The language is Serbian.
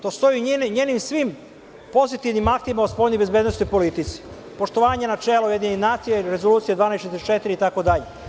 To stoji u njenim svim pozitivnim aktima u spoljnoj i bezbednosnoj politici - poštovanje načela UN ili Rezolucija 1244 itd.